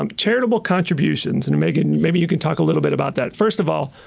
um charitable contributions. and megan, maybe you can talk a little bit about that. first of all,